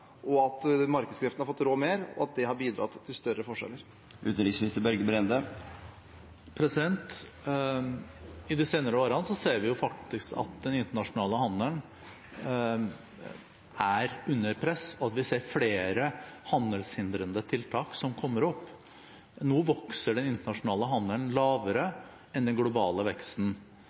og at markedskreftene har fått rå mer, og at det har bidratt til større forskjeller? I de senere årene ser vi jo faktisk at den internasjonale handelen er under press, og at flere handelshindrende tiltak kommer opp. Nå vokser den internasjonale handelen mindre enn den globale veksten,